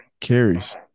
carries